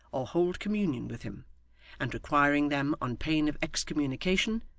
or hold communion with him and requiring them, on pain of excommunication,